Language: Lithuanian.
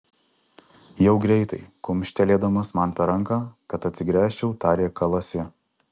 jau greitai kumštelėdamas man per ranką kad atsigręžčiau tarė kalasi